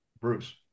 Bruce